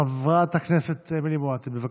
חברת הכנסת אמילי מואטי, בבקשה.